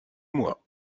moi